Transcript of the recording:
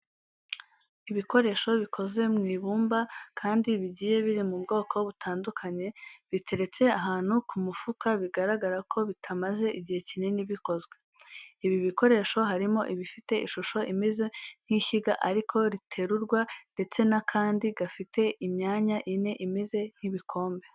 Ibikoresho bikoze mu ibumba kandi bigiye biri mu bwoko butandukanye, biteretse ahantu ku mufuka bigaragara ko bitamaze igihe kinini bikozwe. Ibi bikoresho harimo ibifite ishusho imeze nk'ishyiga ariko riterurwa ndetse n'akandi gafite imyanya ine imeze nk'ibikombe.